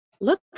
look